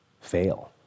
fail